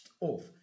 off